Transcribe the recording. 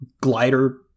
glider